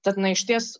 tad na išties